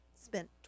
spent